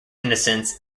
innocence